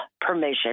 permission